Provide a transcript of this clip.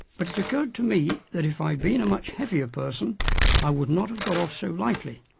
but it occurred to me that if i'd been a much heavier person i would not have got off so lightly.